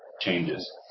changes